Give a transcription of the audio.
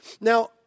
Now